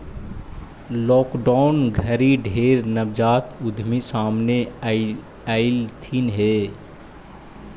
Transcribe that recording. lockdown घरी ढेर नवजात उद्यमी सामने अएलथिन हे